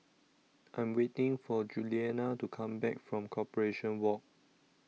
I Am waiting For Julianna to Come Back from Corporation Walk